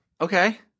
Okay